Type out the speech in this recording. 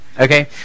okay